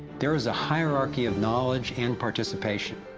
there is a hierarchy of knowledge and participation.